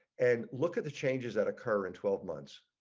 and look at the changes that occur in twelve months,